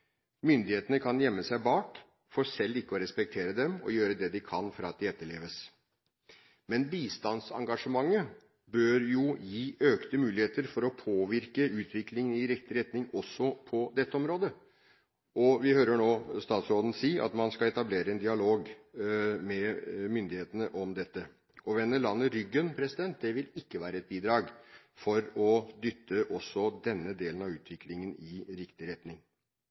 myndighetene kan gjemme seg bak for selv ikke å respektere dem og gjøre det de kan for at de etterleves. Bistandsengasjementet bør gi økte muligheter for å påvirke utviklingen i riktig retning også på dette området. Vi hører nå statsråden si at man skal etablere en dialog med myndighetene om dette. Å vende landet ryggen vil ikke være et bidrag for å dytte også denne delen av utviklingen i riktig retning.